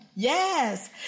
Yes